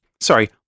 Sorry